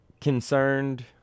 concerned